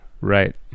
Right